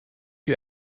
you